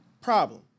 Problem